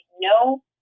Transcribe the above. no